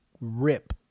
rip